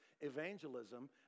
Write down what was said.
evangelism